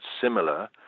similar